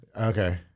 Okay